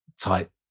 type